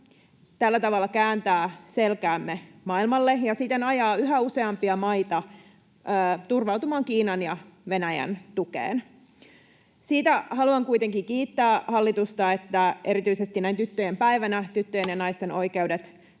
tällä tavalla kääntää selkäämme maailmalle ja siten ajaa yhä useampia maita turvautumaan Kiinan ja Venäjän tukeen. Siitä haluan kuitenkin kiittää hallitusta, että erityisesti näin tyttöjen päivänä tyttöjen ja naisten oikeudet